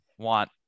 Want